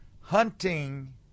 Hunting